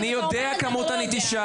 אני יודע את כמות הנטישה.